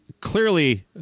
clearly